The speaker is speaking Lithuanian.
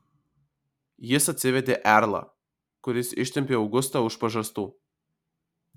jis atsivedė erlą kuris ištempė augustą už pažastų